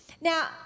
Now